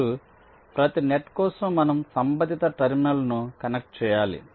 ఇప్పుడు ప్రతి నెట్ కోసం మనం సంబంధిత టెర్మినల్ను కనెక్ట్ చేయాలి